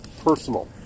personal